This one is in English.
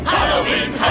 Halloween